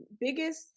biggest